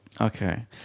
Okay